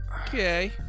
Okay